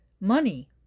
money